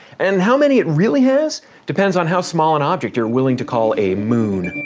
and how many it really has depends on how small an object you're willing to call a moon.